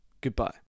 goodbye